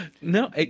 No